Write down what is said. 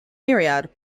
myriad